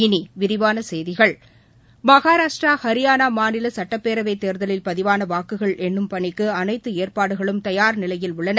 இனி விரிவான செய்திகள் மகாராஷ்டிரா ஹரியாளா மாநில சட்டப்பேரவை தேர்தலில் பதிவான வாக்குகள் எண்ணும் பணிக்கு அனைத்து ஏற்பாடுகளும் தயார் நிலையில் உள்ளன